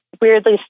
weirdly